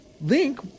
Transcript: Link